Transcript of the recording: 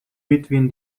between